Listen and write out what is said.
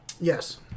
Yes